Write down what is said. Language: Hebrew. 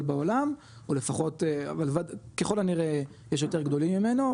בעולם אבל ככל הנראה יש יותר גדולים ממנו,